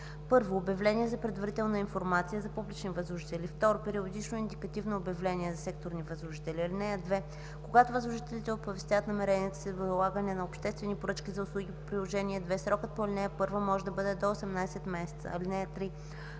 са: 1. обявление за предварителна информация – за публични възложители; 2. периодично индикативно обявление – за секторни възложители. (2) Когато възложителите оповестяват намеренията си за възлагане на обществени поръчки за услуги по приложение № 2 срокът по ал. 1 може да бъде до 18 месеца. (3)